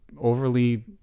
overly